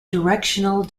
directional